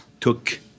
took